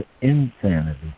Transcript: insanity